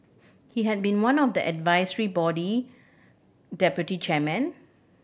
he had been one of the advisory body deputy chairmen